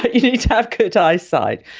but you need to have good eyesight.